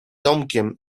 domkiem